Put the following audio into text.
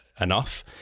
enough